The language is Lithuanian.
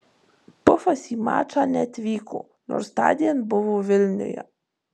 pufas į mačą neatvyko nors tądien buvo vilniuje